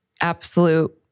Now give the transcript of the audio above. absolute